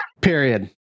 Period